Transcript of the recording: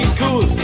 cool